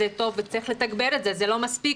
זה טוב וצריך לתגבר את זה, זה לא מספיק.